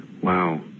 Wow